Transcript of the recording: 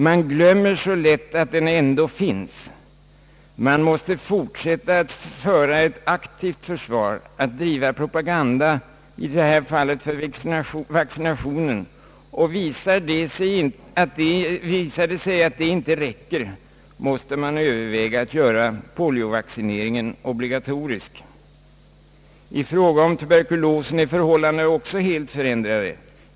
Man glömmer så lätt att den ändå finns. Vi måste fortsätta att föra ett aktivt försvar, att driva propaganda för vaccination, och visar sig detta inte räcka måste man överväga att göra poliovaccineringen obligatorisk. I fråga om tuberkulosen är förhållandena också helt förändrade.